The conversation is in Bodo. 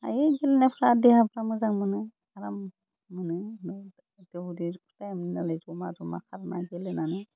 हायो गेलेनायलाफ्रा देहाफ्रा मोजां मोनो आराम मोनो जमा जमा खारनाय गेलेनानै